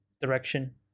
Direction